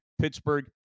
Pittsburgh